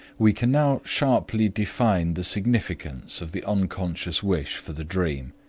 we can now sharply define the significance of the unconscious wish for the dream.